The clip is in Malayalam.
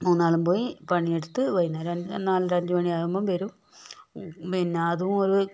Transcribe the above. മൂന്നാളും പോയി പണിയെടുത്ത് വൈന്നേരം നാലര അഞ്ചു മണിയാകുമ്പം വരും പിന്നതുപോലെ